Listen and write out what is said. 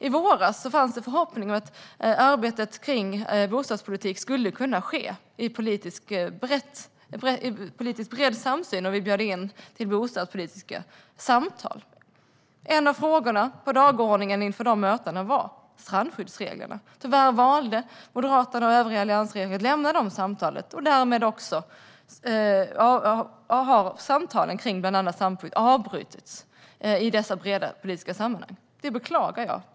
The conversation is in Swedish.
I våras fanns förhoppningar om att arbetet med bostadspolitiken skulle kunna ske i politiskt bred samsyn. Vi bjöd in till breda bostadspolitiska samtal. En av frågorna på dagordningen inför de mötena var strandskyddsreglerna. Tyvärr valde Moderaterna och övriga allianspartier att lämna de samtalen, och därmed har samtalen om bland annat strandskydd avbrutits. Det beklagar jag.